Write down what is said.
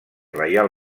reial